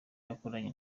yakoranye